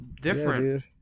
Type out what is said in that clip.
different